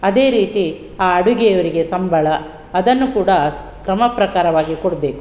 ಅದೇ ರೀತಿ ಆ ಅಡುಗೆಯವರಿಗೆ ಸಂಬಳ ಅದನ್ನು ಕೂಡ ಕ್ರಮ ಪ್ರಕಾರವಾಗಿ ಕೊಡಬೇಕು